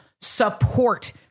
support